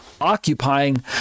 occupying